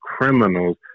criminals